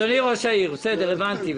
בסדר, הבנתי.